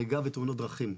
הריגה ותאונות דרכים.